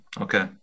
okay